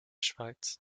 schweiz